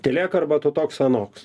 tylėk arba tu toks anoks